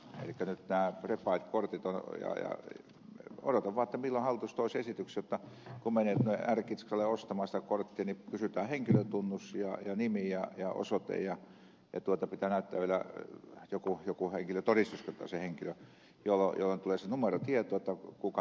elikkä kun nyt on nämä prepaid kortit niin odotan vaan milloin hallitus toisi esityksen että kun menee tuonne r kitskalle ostamaan sitä korttia niin kysytään henkilötunnus ja nimi ja osoite ja pitää näyttää vielä jokin henkilötodistuskin että on se henkilö jolloin tulee se numero tietoon kuka tämä soittaja on